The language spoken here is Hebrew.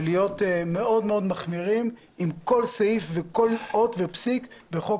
ולהיות מאוד מאוד מחמירים עם כל סעיף וכל אות ופסיק בחוק